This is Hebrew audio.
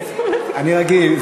אני רגיל.